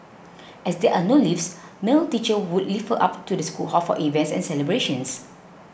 as there are no lifts male teachers would lift her up to the school hall for events and celebrations